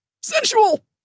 Sensual